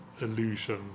illusion